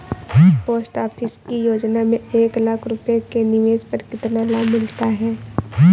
Post office की योजना में एक लाख रूपए के निवेश पर कितना लाभ मिलता है?